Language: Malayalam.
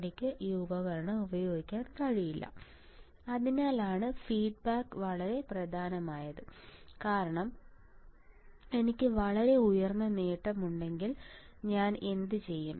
എനിക്ക് ഈ ഉപകരണം ഉപയോഗിക്കാൻ കഴിയില്ല അതിനാലാണ് ഫീഡ്ബാക്ക് വളരെ പ്രധാനമായത് കാരണം എനിക്ക് വളരെ ഉയർന്ന നേട്ടമുണ്ടെങ്കിൽ ഞാൻ എന്തു ചെയ്യും